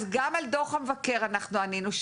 אז גם על דוח המבקר אנחנו ענינו,